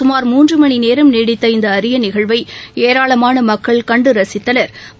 சுமார் மூன்றுமணிநேரம் நீடித்த இந்தஅரியநிகழ்வைஏரளமானமக்கள் கண்டுரசித்தனா்